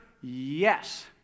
yes